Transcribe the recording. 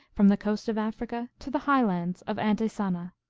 from the coast of africa to the highlands of antisana.